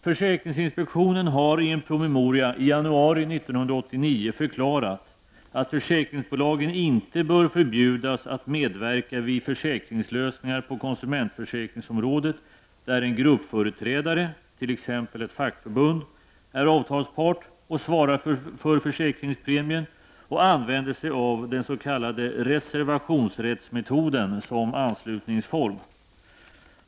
Försäkringsinspektionen har i en promemoria i januari 1989 förklarat att försäkringsbolagen inte bör förbjudas att medverka vid försäkringslösningar på konsumentförsäkringsområdet där en gruppföreträdare, t.ex. ett fackförbund, är avtalspart och svarar för försäkringspremien och använder sig av den s.k. reservationsrättsmetoden som anslutningsform.